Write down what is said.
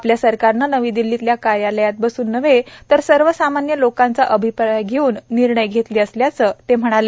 आपल्या सरकारनं नवी दिल्लीतल्या कार्यालयात बसून नव्हे तर सर्वसामान्य लोकांचा अभिप्राय घेऊन निर्णय घेतले असल्याचं मोदी म्हणाले